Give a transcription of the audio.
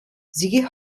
sie